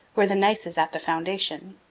where the gneiss is at the foundation,